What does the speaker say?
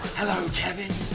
hello, kevin.